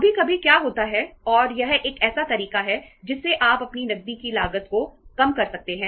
कभी कभी क्या होता है और यह एक ऐसा तरीका है जिससे आप अपनी नकदी की लागत को कम कर सकते हैं